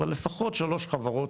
אבל לפחות 3 חברות